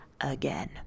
again